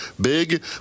big